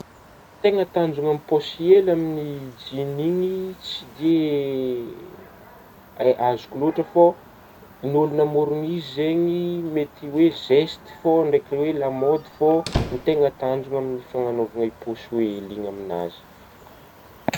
Tegna tanjogna aminah pôsy hely amigny jinigna igny tsy ha-_hazoko lôtra fô ,ny ologna namorogno izy zegny mety hoe zesta fô ndraiky hoe lamôdy fô tegna tanjogna aminah fananaovagna pôsy hely igny aminazy.